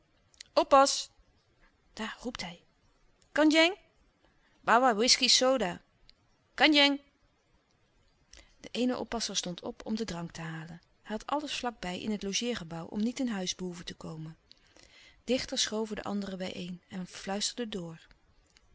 daar roept hij kandjeng louis couperus de stille kracht bawa whiskey soda kandjeng de eene oppasser stond op om den drank te halen hij had alles vlakbij in het logeergebouw om niet in huis behoeven te komen dichter schoven de anderen bij een en fluisterden door